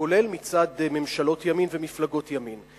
כולל מצד ממשלות ימין ומפלגות ימין.